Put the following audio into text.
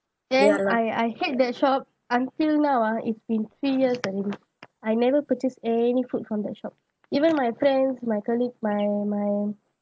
then I I hate that shop until now ah it's been three years already I never purchase any food from that shop even my friends my colleagues my my